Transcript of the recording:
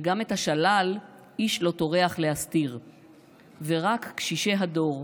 / וגם את השלל איש לא טורח להסתיר / ורק קשישי הדור,